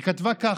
היא כתבה ככה: